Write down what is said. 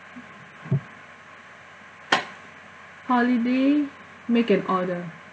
holiday make an order